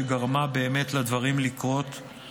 שגרמה באמת לדברים לקרות.